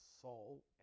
soul